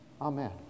amen